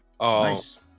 Nice